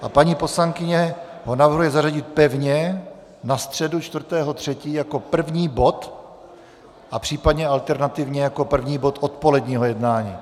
A paní poslankyně ho navrhuje zařadit pevně na středu 4. 3. jako první bod a případně alternativně jako první bod odpoledního jednání.